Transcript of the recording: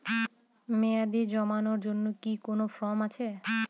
মেয়াদী জমানোর জন্য কি কোন ফর্ম আছে?